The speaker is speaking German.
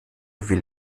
will